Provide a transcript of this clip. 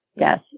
Yes